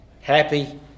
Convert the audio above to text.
happy